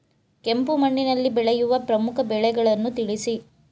ಕೆಂಪು ಮಣ್ಣಿನಲ್ಲಿ ಬೆಳೆಯುವ ಪ್ರಮುಖ ಬೆಳೆಗಳನ್ನು ತಿಳಿಸಿ?